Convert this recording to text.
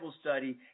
study